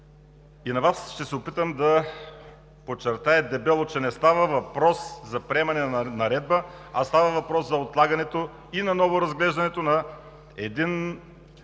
и на Вас ще се опитам да подчертая дебело, че не става въпрос за приемане на наредба, а става въпрос за отлагането и наново разглеждането на един